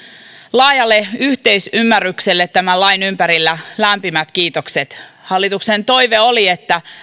laajalle yhteisymmärrykselle tämän lain ympärillä lämpimät kiitokset hallituksen toive oli että